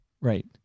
Right